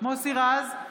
מוסי רז,